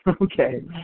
Okay